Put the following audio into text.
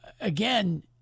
again